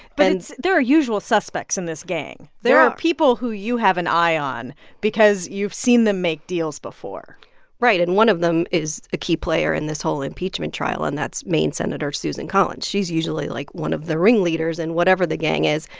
but it's there are usual suspects in this gang. there are people who you have an eye on because you've seen them make deals before right. and one of them is a key player in this whole impeachment trial, and that's maine senator susan collins. she's usually, like, one of the ringleaders in whatever the gang is.